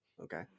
Okay